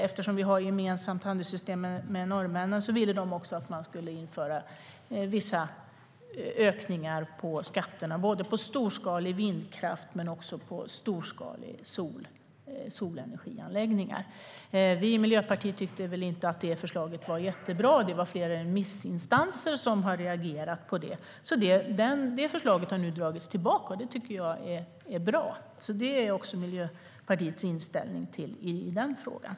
Eftersom vi har ett gemensamt handelssystem med norrmännen ville de också, för att vi ska kunna genomföra det, att man skulle införa vissa ökningar av skatterna, både på storskalig vindkraft och på storskaliga solenergianläggningar. Vi i Miljöpartiet tyckte väl inte att det förslaget var jättebra. Det är flera remissinstanser som har reagerat på det, så det förslaget har nu dragits tillbaka. Det tycker jag är bra, och det är Miljöpartiets inställning i frågan.